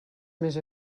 més